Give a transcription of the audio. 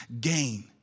gain